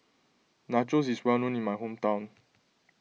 Nachos is well known in my hometown